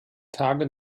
tage